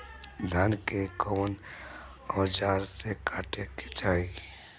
धान के कउन औजार से काटे के चाही?